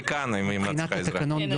אני כאן אם את צריכה עזרה.